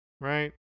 right